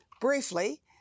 briefly